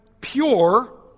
pure